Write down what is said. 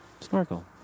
Snorkel